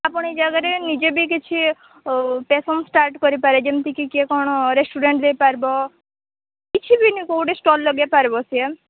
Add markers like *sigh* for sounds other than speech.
ଆପଣ ଏ ଜାଗାରେ ନିଜେ ବି କିଛି *unintelligible* ଷ୍ଟାର୍ଟ କରିପାରେ ଯେମିତିକି କିଏ କ'ଣ ରେଷ୍ଟୁରାଣ୍ଟ ଦେଇପାରବ କିଛି ବି ନି କେଉଁ ଗୋଟେ ଷ୍ଟଲ ଲଗାଇ ପାରିବ ସିଏ